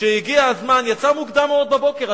כשהגיע הזמן יצאה מוקדם מאוד בבוקר,